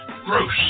gross